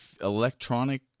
electronic